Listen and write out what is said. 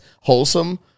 wholesome